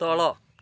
ତଳ